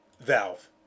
Valve